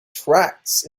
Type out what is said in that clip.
tracts